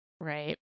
right